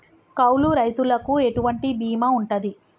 కౌలు రైతులకు ఎటువంటి బీమా ఉంటది?